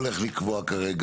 אני לא הולך לקבוע כרגע,